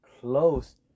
close